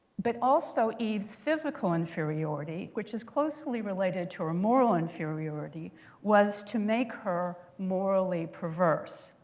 but also eve's physical inferiority, which is closely related to her moral inferiority was to make her morally perverse.